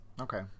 Okay